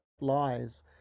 lies